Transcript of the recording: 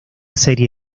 serie